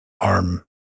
ARM